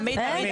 תמיד.